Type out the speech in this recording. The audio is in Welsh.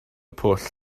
pwll